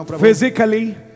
Physically